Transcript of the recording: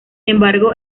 embargo